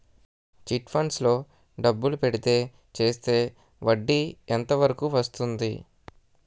Chit funds లో డబ్బులు పెడితే చేస్తే వడ్డీ ఎంత వరకు వస్తుంది?